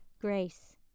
grace